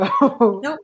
Nope